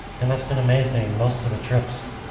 and that's been amazing, most of the trips.